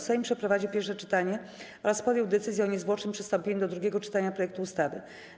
Sejm przeprowadził pierwsze czytanie oraz podjął decyzję o niezwłocznym przystąpieniu do drugiego czytania projektu ustawy.